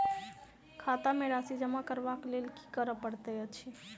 खाता मे राशि जमा करबाक लेल की करै पड़तै अछि?